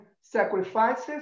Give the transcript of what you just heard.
sacrifices